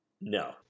No